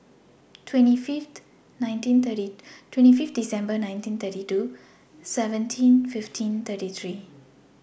twenty Fifth Dec nineteen thirty two seventeen fifteen thirty three